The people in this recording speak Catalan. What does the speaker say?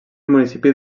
municipi